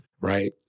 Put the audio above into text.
right